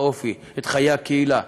האופי וחיי הקהילה.